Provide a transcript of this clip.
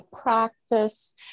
practice